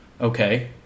Okay